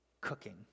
cooking